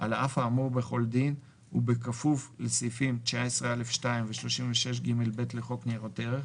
על אף האמור בכל דין ובכפוף לסעיפים 19(א)(2) ו-36ג(ב) לחוק ניירות ערך,